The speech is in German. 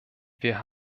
wir